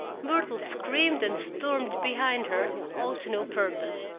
myrtle screamed and stormed behind her, all to no purpose.